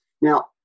Now